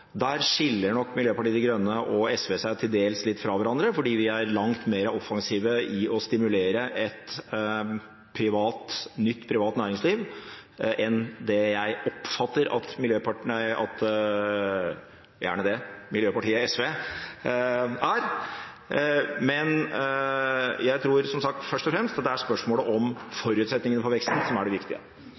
Der skiller nok Miljøpartiet De Grønne og SV seg til dels litt fra hverandre, fordi vi er langt mer offensive med hensyn til å stimulere et nytt privat næringsliv enn det jeg oppfatter at miljøpartiet SV er. Men jeg tror, som sagt, først og fremst at det er spørsmålet om forutsetningene for veksten som er det viktige.